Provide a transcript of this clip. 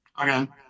Okay